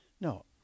No